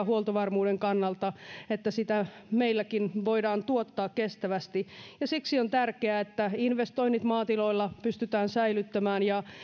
huoltovarmuuden kannalta että sitä meilläkin voidaan tuottaa kestävästi siksi on tärkeää että investoinnit maatiloilla pystytään säilyttämään ja